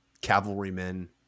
cavalrymen